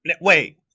wait